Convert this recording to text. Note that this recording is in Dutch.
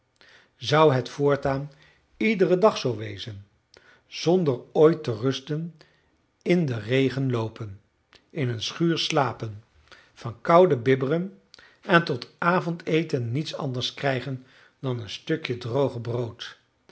zou het voortaan iederen dag zoo wezen zonder ooit te rusten in den regen loopen in een schuur slapen van koude bibberen en tot avondeten niets anders krijgen dan een stukje droog brood